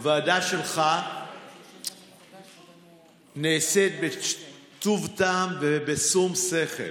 הוועדה שלך נעשית בטוב טעם ובשום שכל.